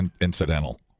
incidental